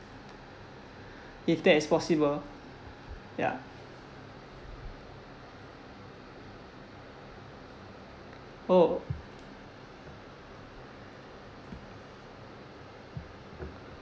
if that is possible ya oh